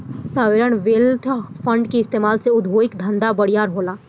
sovereign wealth fund के इस्तमाल से उद्योगिक धंधा बरियार होला